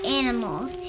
animals